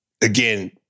again